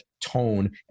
tone